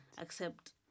accept